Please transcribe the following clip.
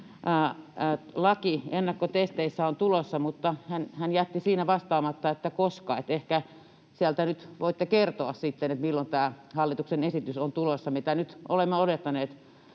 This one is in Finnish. laki ennakkotesteistä on tulossa, mutta hän jätti siinä vastaamatta, että koska. Ehkä sieltä nyt voitte kertoa sitten, milloin tämä hallituksen esitys on tulossa, mitä nyt olemme odottaneet